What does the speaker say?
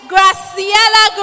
Graciela